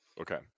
Okay